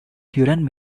huron